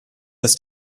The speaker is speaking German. ist